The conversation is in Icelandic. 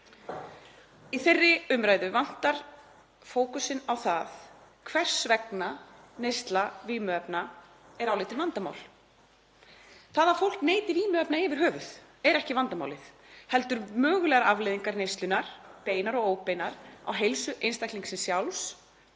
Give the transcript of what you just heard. Í þeirri umræðu vantar fókusinn á það hvers vegna neysla vímuefna er álitin vandamál. Það að fólk neyti vímuefna yfir höfuð er ekki vandamálið heldur mögulegar afleiðingar neyslunnar, beinar og óbeinar, á heilsu einstaklingsins sjálfs